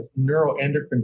neuroendocrine